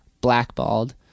blackballed